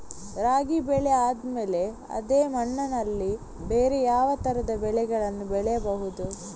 ರಾಗಿ ಬೆಳೆ ಆದ್ಮೇಲೆ ಅದೇ ಮಣ್ಣಲ್ಲಿ ಬೇರೆ ಯಾವ ತರದ ಬೆಳೆಗಳನ್ನು ಬೆಳೆಯಬಹುದು?